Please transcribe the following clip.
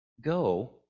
Go